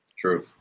true